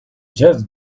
just